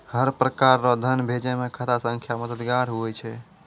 हर प्रकार रो धन भेजै मे खाता संख्या मददगार हुवै छै